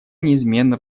неизменно